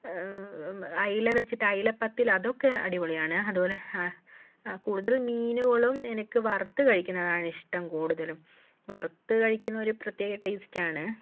അയില വച്ചിട്ട് അയിലപ്പത്തൽ അതൊക്കെ അടിപൊളിയാണ് അതുപോലെ കൂടുതൽ മീനുകളും എനിക്ക് വറത്തു കഴിക്കുന്നതാണ് ഇഷ്ടം കുടുതലും വറുത്ത് കഴിക്കുന്നത് ഒരു പ്രത്യേക ടേസ്റ്റാണ്